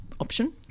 option